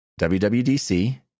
WWDC